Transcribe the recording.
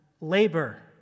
labor